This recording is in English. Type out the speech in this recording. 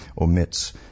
omits